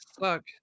suck